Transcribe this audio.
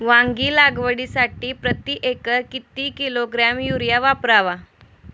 वांगी लागवडीसाठी प्रती एकर किती किलोग्रॅम युरिया वापरावा?